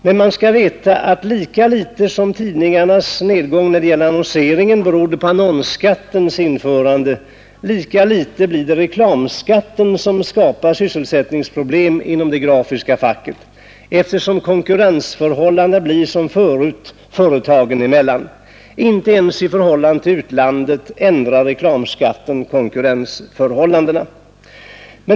Men lika litet som tidningarnas annonsnedgång berodde på annonsskattens införande, lika litet blir det reklamskatten som skapar sysselsättningsproblem inom det grafiska facket, eftersom konkurrensförhållandena blir företagen emellan precis som förut. Inte ens i förhållandet till utlandet ändrar reklamskatten konkurrensförhållandena.